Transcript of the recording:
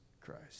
Christ